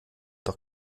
doch